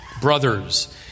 brothers